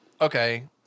Okay